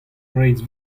breizh